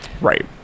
right